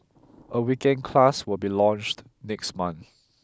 a weekend class will be launched next month